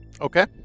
Okay